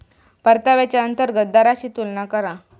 परताव्याच्या अंतर्गत दराशी तुलना करा